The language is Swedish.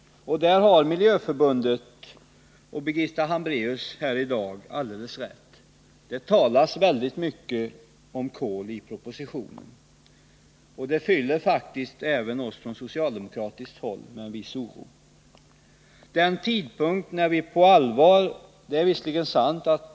Miljöförbundet och även Birgitta Hambraeus här i dag har alldeles rätt på den punkten. Det talas väldigt mycket om kolet i propositionen. Det fyller faktiskt även oss från socialdemokratiskt håll med en viss oro.